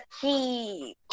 key